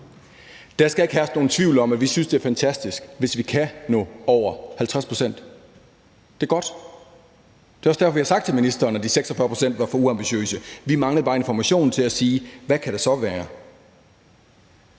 Der skal ikke herske nogen tvivl om, at vi synes, det er fantastisk, hvis vi kan nå over 50 pct. Det er godt, og det er også derfor, vi har sagt til ministeren, at de 46 pct. var for uambitiøst, men vi manglede bare informationen for at sige, hvad det så kunne